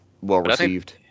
well-received